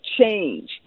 change